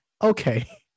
Okay